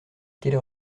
quelle